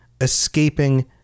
escaping